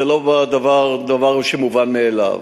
זה לא דבר מובן מאליו.